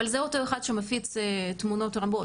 אבל זה אותו אחד שמפיץ תמונות רבות,